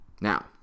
Now